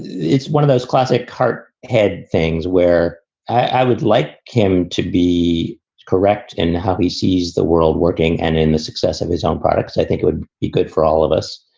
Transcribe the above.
it's one of those classic car head things where i would like kim to be correct in how he sees the world working and in the success of his own products. i think it would be good for all of us.